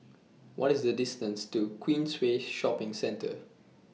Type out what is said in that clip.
What IS The distance to Queensway Shopping Centre